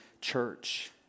church